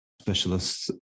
specialists